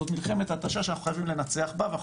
זאת מלחמת התשה שאנחנו חייבים לנצח בה ואנחנו